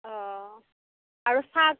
অ' আৰু চাৰ্টত